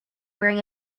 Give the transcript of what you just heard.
wearing